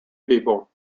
people